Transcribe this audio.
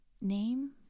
name